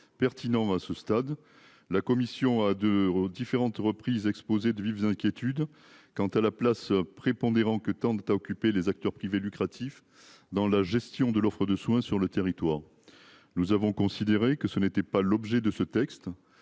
pertinent à ce stade, la commission a d'. Différentes reprises exposé de vives inquiétudes quant à la place prépondérant que tant à occuper les acteurs privés lucratifs dans la gestion de l'offre de soins sur le territoire. Nous avons considéré que ce n'était pas l'objet de ce texte,